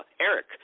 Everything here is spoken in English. Eric